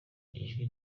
ijwi